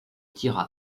tira